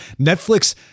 Netflix